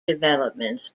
developments